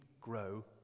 grow